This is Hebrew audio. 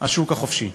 השוק החופשי,